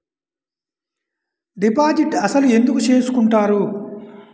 Deposit అసలు ఎందుకు చేసుకుంటారు?